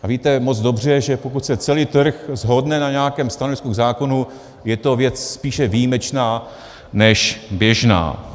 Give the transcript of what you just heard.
A víte moc dobře, že pokud se celý trh shodne na nějakém stanovisku k zákonu, je to věc spíše výjimečná než běžná.